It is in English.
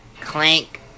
Clank